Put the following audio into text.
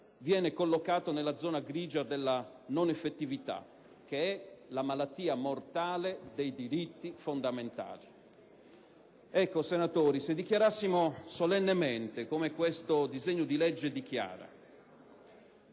viene collocato nella zona grigia della non effettività, che è la malattia mortale dei diritti fondamentali. Ecco, senatori, se dichiarassimo solennemente, come dichiara questo disegno di legge,